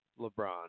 LeBron